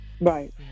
Right